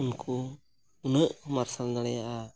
ᱩᱱᱠᱩ ᱩᱱᱟᱹᱜ ᱢᱟᱨᱥᱟᱞ ᱫᱟᱲᱮᱭᱟᱜᱼᱟ